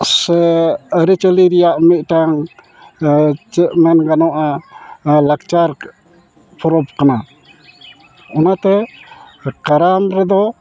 ᱥᱮ ᱟᱹᱨᱤᱼᱪᱟᱹᱞᱤ ᱨᱮᱭᱟᱜ ᱢᱤᱜᱴᱟᱝ ᱪᱮᱫ ᱢᱮᱱ ᱜᱟᱱᱚᱜᱼᱟ ᱞᱟᱠᱪᱟᱨ ᱯᱚᱨᱚᱵᱽ ᱠᱟᱱᱟ ᱚᱱᱟᱛᱮ ᱠᱟᱨᱟᱢ ᱨᱮᱫᱚ